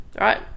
right